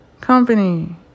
company